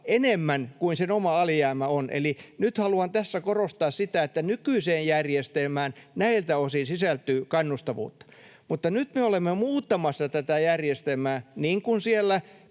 enemmän kuin sen oma alijäämä on. Nyt haluan tässä korostaa sitä, että nykyiseen järjestelmään näiltä osin sisältyy kannustavuutta. Mutta nyt me olemme muuttamassa tätä järjestelmää niin kuin siellä